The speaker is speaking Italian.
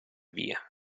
via